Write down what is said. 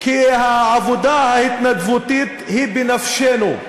כי העבודה ההתנדבותית היא בנפשנו.